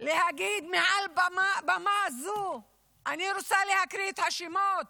להקריא מעל במה זו את השמות